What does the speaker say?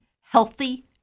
healthy